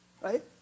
right